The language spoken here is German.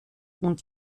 und